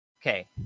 Okay